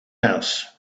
house